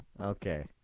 Okay